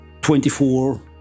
24